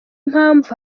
mpamvu